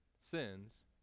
sins